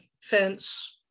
fence